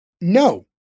No